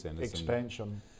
expansion